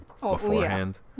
beforehand